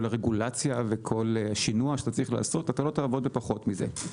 כל הרגולציה וכל שינוע שאתה צריך לעשות - לא תעבוד בפחות מזה.